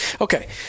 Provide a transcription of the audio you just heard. okay